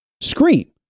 Scream